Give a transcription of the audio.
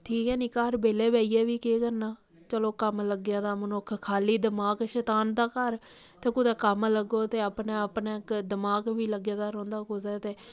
ठीक ऐ नीं घार बेल्ले बेहियै बी केह् करना चलो कम्म लग्गे दा मनुक्ख खाली दमाग शतान दा घर ते कुतै कम्म लग्गो ते अपने अपने दमाग बी लग्गे दा रौंह्दा कुतै कुतै